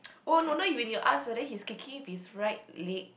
oh no wonder when you ask whether he's kicking with his right leg